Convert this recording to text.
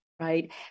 right